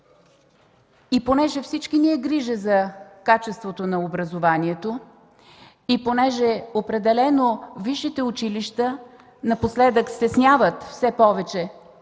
И понеже всички ни е грижа за качеството на образованието, и понеже определено висшите училища напоследък стесняват все повече